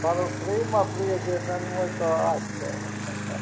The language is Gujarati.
સારું તો ફ્રીમાં ફ્રી જે મેનુ હોય તો આ જ છે